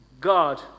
God